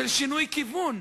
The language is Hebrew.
שינוי כיוון,